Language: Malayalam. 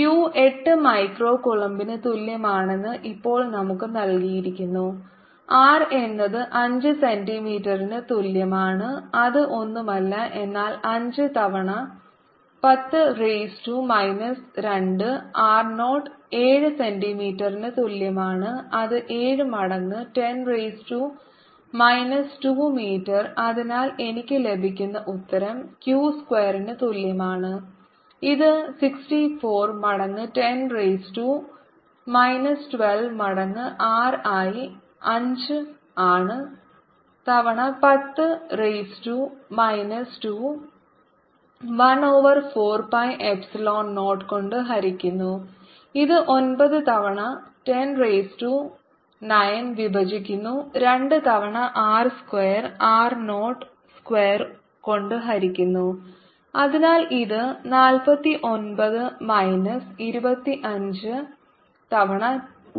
q 8 മൈക്രോ കൂളമ്പിന് തുല്യമാണെന്ന് ഇപ്പോൾ നമുക്ക് നൽകിയിരിക്കുന്നു r എന്നത് 5 സെന്റീമീറ്ററിന് തുല്യമാണ് അത് ഒന്നുമല്ല എന്നാൽ 5 തവണ 10 റൈസ് ടു മൈനസ് 2 r 0 7 സെന്റിമീറ്ററിന് തുല്യമാണ് അത് 7 മടങ്ങ് 10 റൈസ് ടു മൈനസ് 2 മീറ്റർ അതിനാൽ എനിക്ക് ലഭിക്കുന്ന ഉത്തരം q സ്ക്വയറിന് തുല്യമാണ് ഇത് 64 മടങ്ങ് 10 റൈസ് ടു മൈനസ് 12 മടങ്ങ് r ആയി 5 ആണ് തവണ 10 raise to minus 2 1 over 4 pi epsilon 0 കൊണ്ട് ഹരിക്കുന്നു ഇത് 9 തവണ 10 റൈസ് ടു 9 വിഭജിക്കുന്നു 2 തവണ ആർ സ്ക്വയർ ആർ 0 സ്ക്വയർ കൊണ്ട് ഹരിക്കുന്നു അതിനാൽ ഇത് 49 മൈനസ് 25 തവണ 10 റൈസ് ടു മൈനസ് 4